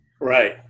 Right